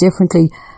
differently